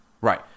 Right